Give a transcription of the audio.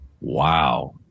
Wow